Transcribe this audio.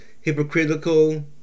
hypocritical